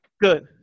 good